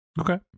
Okay